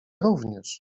również